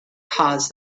caused